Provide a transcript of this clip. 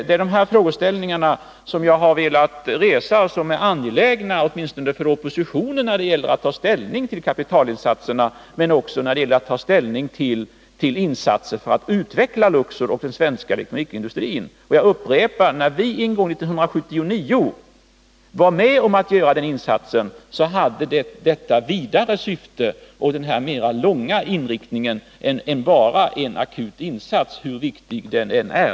De frågeställningar jag här har rest är angelägna, åtminstone för oppositionen, när det gäller att ta ställning till kapitalinsatserna men också när det gäller att ta ställning till insatser för att utveckla Luxor och den svenska elektronikindustrin. Jag upprepar att när vi 1979 var med om att göra den insats som då gjordes, så hade detta ett vidare syfte och en mera långsiktig inriktning än bara en akut insats, hur viktig denna än är.